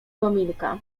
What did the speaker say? kominka